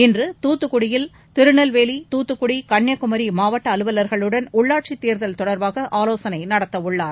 இன்று தூத்துக்குடியில் திருநெல்வேலி தூத்துக்குடி கன்னியாகுமரி மாவட்ட அலுவலர்களுடன் உள்ளாட்சி தேர்தல் தொடர்பாக ஆலோசனை நடத்தவுள்ளார்